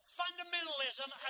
fundamentalism